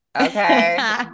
Okay